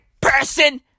person